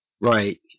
right